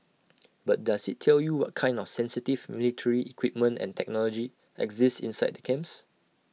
but does IT tell you what kind of sensitive military equipment and technology exist inside the camps